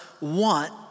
want